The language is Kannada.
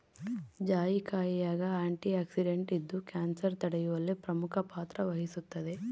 ಜಾಯಿಕಾಯಾಗ ಆಂಟಿಆಕ್ಸಿಡೆಂಟ್ ಇದ್ದು ಕ್ಯಾನ್ಸರ್ ತಡೆಯುವಲ್ಲಿ ಪ್ರಮುಖ ಪಾತ್ರ ವಹಿಸುತ್ತದೆ